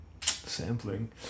sampling